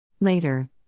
Later